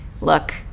Look